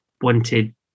wanted